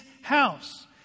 house